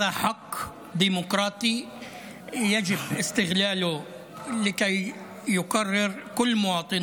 זו זכות דמוקרטיות שיש לנצלה כדי שכל תושב,